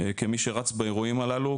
כמי שרץ באירועים הללו,